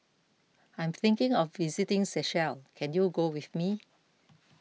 I am thinking of visiting Seychelles can you go with me